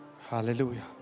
Hallelujah